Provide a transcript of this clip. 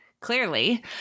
Clearly